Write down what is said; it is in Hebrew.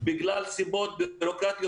בגלל סיבות ביורוקרטיות,